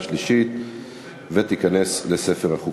19 בעד, ללא מתנגדים.